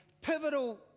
pivotal